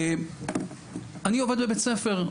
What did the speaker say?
אני עובד בבית ספר,